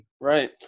right